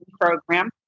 program